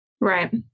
Right